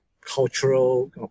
cultural